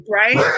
right